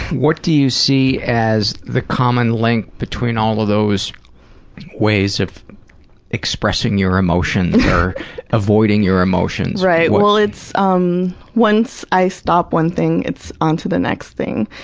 what do you see as the common link between all of those ways of expressing your emotions or avoiding your emotions? n right. well, it's, um once i stop one thing, it's onto the next thing,